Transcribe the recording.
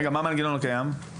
מה המנגנון הקיים?